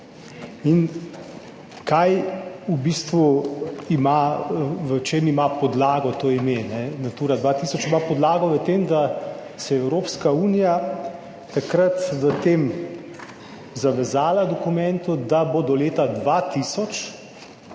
Kaj v bistvu ima, v čem ima podlago to ime? Natura 2000 ima podlago v tem, da se je Evropska unija takrat v tem zavezala dokumentu, da bo do leta 2000